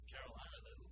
Carolina